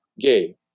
gay